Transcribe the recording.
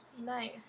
Nice